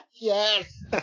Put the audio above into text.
Yes